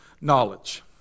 knowledge